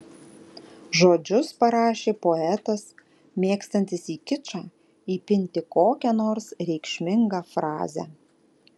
žodžius parašė poetas mėgstantis į kičą įpinti kokią nors reikšmingą frazę